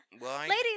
Ladies